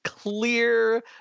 clear